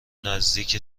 نزدیک